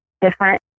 different